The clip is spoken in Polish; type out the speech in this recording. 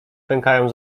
pękają